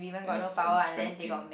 and a and a spanking